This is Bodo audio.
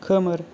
खोमोर